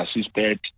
assisted